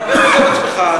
דבר בשם עצמך,